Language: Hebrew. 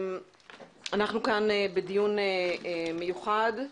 אנחנו כאן בדיון מיוחד,